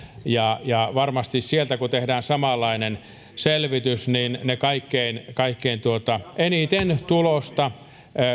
varmasti sieltä kun tehdään samanlainen selvitys ne kaikkein kaikkein eniten tulosta